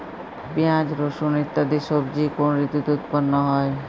পিঁয়াজ রসুন ইত্যাদি সবজি কোন ঋতুতে উৎপন্ন হয়?